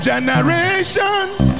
Generations